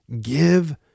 Give